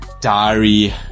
diary